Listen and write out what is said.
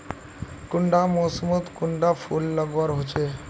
कुंडा मोसमोत कुंडा फुल लगवार होछै?